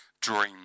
dream